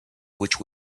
which